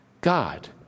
God